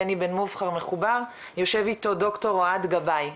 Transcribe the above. בני בן מובחר מחובר יושב איתו דוקטור אוהד גבאי,